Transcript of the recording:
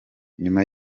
nyuma